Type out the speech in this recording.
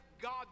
God